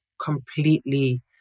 completely